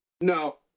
no